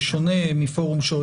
זה שונה מפורום שופינג.